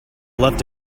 left